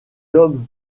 homme